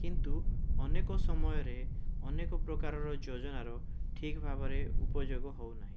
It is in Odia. କିନ୍ତୁ ଅନେକ ସମୟରେ ଅନେକପ୍ରକାରର ଯୋଜନାର ଠିକ୍ ଭାବରେ ଉପଯୋଗ ହେଉନାହିଁ